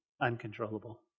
uncontrollable